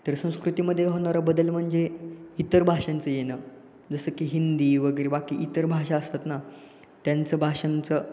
तर संस्कृतीमध्ये होणारा बदल म्हणजे इतर भाषांचं येणं जसं की हिंदी वगैरे बाकी इतर भाषा असतात ना त्यांचं भाषांचं